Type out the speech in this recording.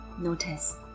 Notice